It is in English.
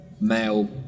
male